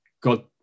God